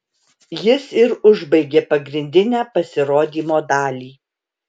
jis ir užbaigė pagrindinę pasirodymo dalį